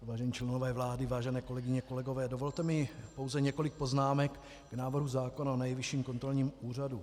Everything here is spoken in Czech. Vážení členové vlády, vážené kolegyně, kolegové, dovolte mi pouze několik poznámek k návrhu zákona o Nejvyšším kontrolním úřadu.